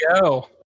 go